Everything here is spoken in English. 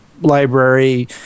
library